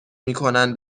میکنن